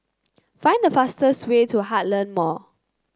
find the fastest way to Heartland Mall